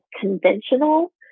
conventional